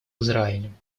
израилем